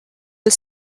the